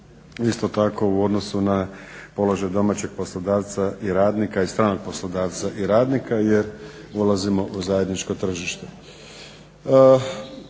Isto tako u odnosu na položaj domaćeg poslodavca i radnika i stranog poslodavca i radnika jer ulazimo u zajedničko tržište.